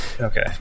Okay